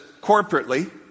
corporately